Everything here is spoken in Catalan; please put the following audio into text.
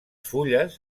fulles